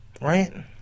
Right